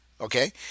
Okay